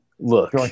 Look